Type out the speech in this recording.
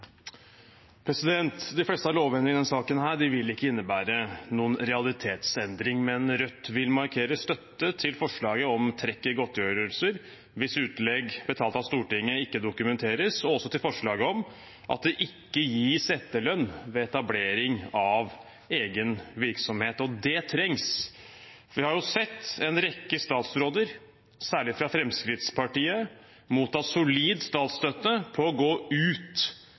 De fleste av lovendringene i denne saken vil ikke innebære noen realitetsendring, men Rødt vil markere støtte til forslaget om trekk i godtgjørelser hvis utlegg betalt av Stortinget ikke dokumenteres, og også til forslaget om at det ikke gis etterlønn ved etablering av egen virksomhet. Det trengs, for vi har sett en rekke statsråder, særlig fra Fremskrittspartiet, motta solid statsstøtte på å gå ut